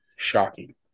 Shocking